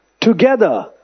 together